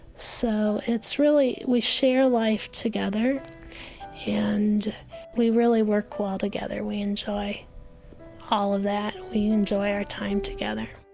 so it's really we share life together and we really work well together. we enjoy all of that. we enjoy our time together